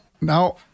Now